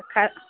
अच्छा